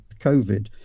COVID